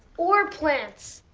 or plants!